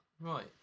Right